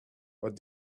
what